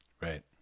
Right